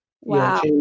Wow